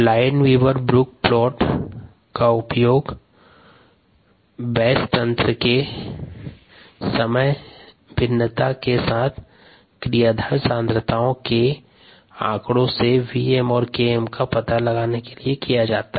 Lineweaver Burk plot का उपयोग करके बैच तंत्र से समय भिन्नता के साथ क्रियाधार सांद्रताओं के आंकड़ो से Vm और Km का पता लगा सकते हैं